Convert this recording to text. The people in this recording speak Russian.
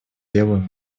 делу